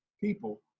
people